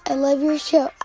ah love your show.